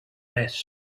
res